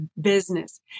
business